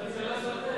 זה הממשלה שלכם.